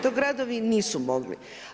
To gradovi nisu mogli.